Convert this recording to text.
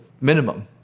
minimum